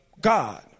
God